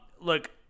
look